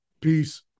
Peace